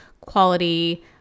quality